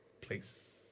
place